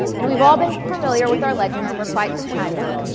and we've all been familiar with our legends for quite some time now.